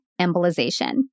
embolization